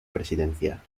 presidencia